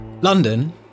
London